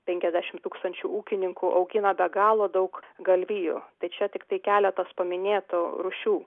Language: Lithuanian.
penkiasdešimt tūkstančių ūkininkų augina be galo daug galvijų tai čia tiktai keletas paminėtų rūšių